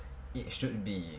it should be